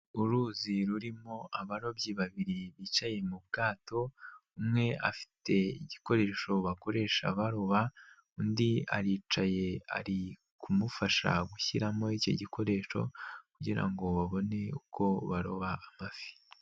Uruzi rurimo abarobyi babiri bicaye mu bwato, umwe afite igikoresho bakoresha baroba, undi aricaye ari kumufasha gushyiramo icyo gikoresho kugirango babone uko baroba amafi.